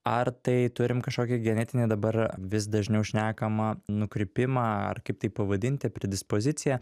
ar tai turim kažkokį genetinį dabar vis dažniau šnekama nukrypimą ar kaip tai pavadinti predispoziciją